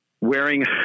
wearing